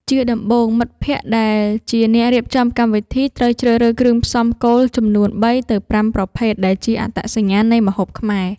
ជាដំបូង មិត្តភក្តិដែលជាអ្នករៀបចំកម្មវិធីត្រូវជ្រើសរើសគ្រឿងផ្សំគោលចំនួន ៣ ទៅ ៥ ប្រភេទដែលជាអត្តសញ្ញាណនៃម្ហូបខ្មែរ។